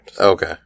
Okay